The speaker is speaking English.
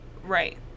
Right